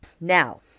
now